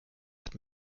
hat